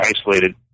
isolated